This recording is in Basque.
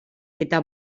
eta